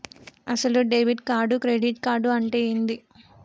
అసలు debit card credit card అంటే ఏంది?